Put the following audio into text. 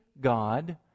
god